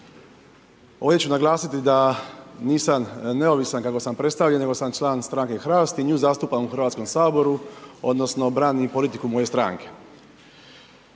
Ovdje ću naglasiti da nisam neovisan kako sam predstavljen, nego sam član stranke Hrast i nju zastupam u Hrvatskom saboru, odnosno branim politiku moje stranke.